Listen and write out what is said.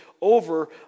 over